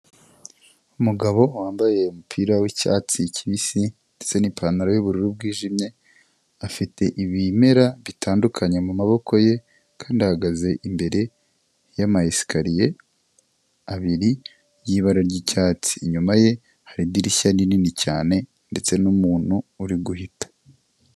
Umugabo wambaye umupira w'icyatsi kibisi ndetse n'ipantaro y'ubururu bwijimye, afite ibimera bitandukanye mu maboko ye kandi ahagaze imbere y'ama esikariye abiri y'ibara ry'icyatsi, inyuma ye hari idirishya rinini cyane ndetse n'umuntu uri guhita.